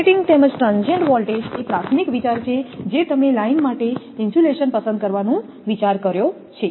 operating તેમજ transient voltage એ પ્રાથમિક વિચાર છે જે તમે લાઇન માટે ઇન્સ્યુલેશન પસંદ કરવાનું વિચાર કર્યો છે